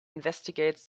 investigates